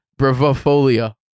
Bravofolia